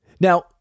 Now